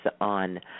on